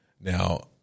Now